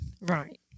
Right